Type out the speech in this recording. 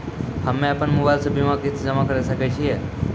हम्मे अपन मोबाइल से बीमा किस्त जमा करें सकय छियै?